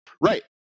Right